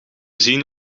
zien